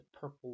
purple